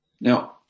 Now